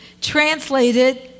translated